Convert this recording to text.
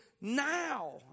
now